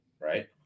right